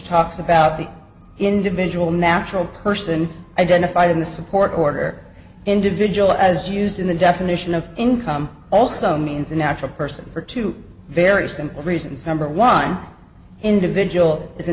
talks about the individual natural person identified in the support order individual as used in the definition of income also means a natural person for two very simple reasons number one individual is a